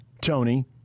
Tony